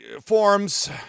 forms